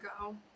go